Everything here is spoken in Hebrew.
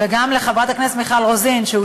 וגם לחברת הכנסת מיכל רוזין, שהוצאה.